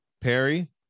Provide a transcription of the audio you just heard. perry